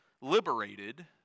liberated